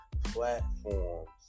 platforms